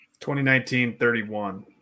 2019-31